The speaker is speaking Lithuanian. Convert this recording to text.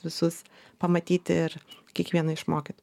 visus pamatyti ir kiekvieną išmokyt